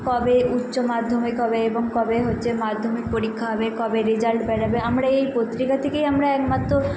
কবে উচ্চ মাধ্যমিক হবে এবং কবে হচ্ছে মাধ্যমিক পরীক্ষা হবে কবে রেজাল্ট বেড়াবে আমরা এই পত্রিকা থেকেই আমরা একমাত্র